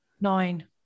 Nine